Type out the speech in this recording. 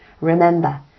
Remember